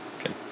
Okay